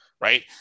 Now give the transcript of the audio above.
right